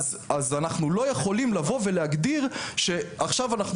אז אנחנו לא יכולים לבוא ולהגדיר שעכשיו אנחנו